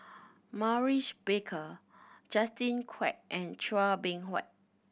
Maurice Baker Justin Quek and Chua Beng Huat